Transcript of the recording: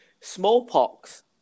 smallpox